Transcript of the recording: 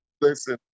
Listen